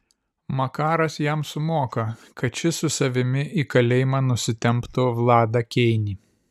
makaras jam sumoka kad šis su savimi į kalėjimą nusitemptų vladą keinį